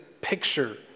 picture